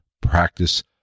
practice